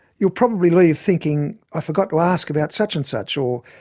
you'll probably leave thinking, i forgot to ask about such and such', or.